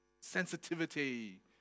sensitivity